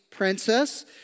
Princess